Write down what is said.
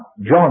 John